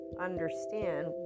understand